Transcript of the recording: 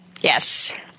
Yes